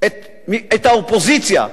את האופוזיציה,